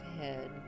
Head